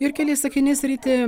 ir keliais sakiniais ryti